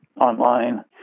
online